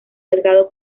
delgado